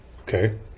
Okay